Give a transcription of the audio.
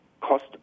cost